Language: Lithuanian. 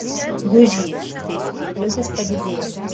gūžys tai skydliaukės padidėjimas